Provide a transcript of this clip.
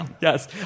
Yes